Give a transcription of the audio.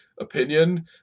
opinion